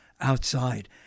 outside